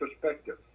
perspective